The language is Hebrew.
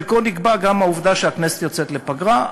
חלקם נקבעו גם בגלל העובדה שהכנסת יוצאת לפגרה.